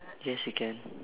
yes you can